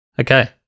Okay